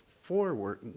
forward